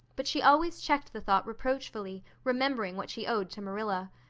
but she always checked the thought reproachfully, remembering what she owed to marilla.